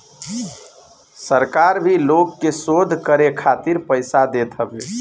सरकार भी लोग के शोध करे खातिर पईसा देत हवे